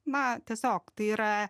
na tiesiog tai yra